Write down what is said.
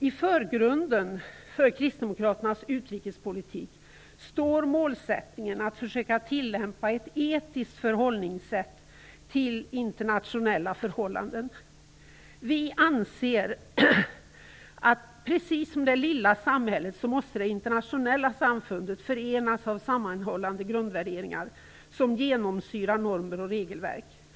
I förgrunden för Kristdemokraternas utrikespolitik står målsättningen att försöka tillämpa ett etiskt förhållningssätt till internationella förhållanden. Vi anser att precis som det lilla samhället måste det internationella samfundet förenas av sammanhållande grundvärderingar som genomsyrar normer och regelverk.